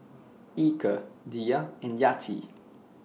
Eka Dhia and Yati